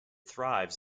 thrives